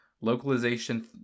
localization